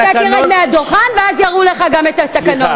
אתה תרד מהדוכן ואז יראו לך את התקנון.